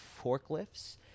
forklifts